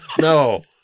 No